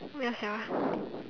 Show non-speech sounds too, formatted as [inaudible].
ya sia [breath]